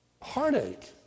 heartache